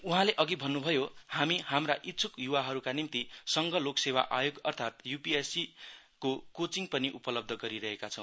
उहाँले अघि भन्नभयो हामी हाम्रा इच्छक युवाहरुका निम्ति संघ लोक सेवा आयोग अर्थात यूपीएससी कोचिङ पनि उपलब्ध गरिएका छौ